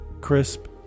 crisp